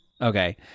Okay